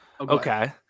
Okay